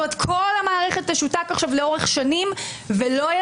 כל המערכת תשותק עכשיו לאורך שנים ולא תהיה